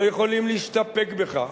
לא יכולים להסתפק בכך,